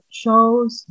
shows